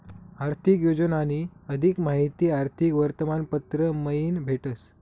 आर्थिक योजनानी अधिक माहिती आर्थिक वर्तमानपत्र मयीन भेटस